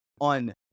on